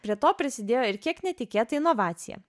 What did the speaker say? prie to prisidėjo ir kiek netikėta inovacija